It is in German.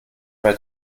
bei